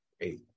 Eight